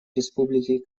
республики